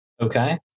Okay